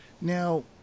Now